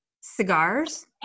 cigars